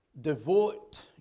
Devote